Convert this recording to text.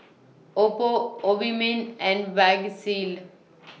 Oppo Obimin and Vagisil